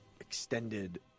extended